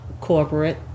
corporate